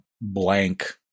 blank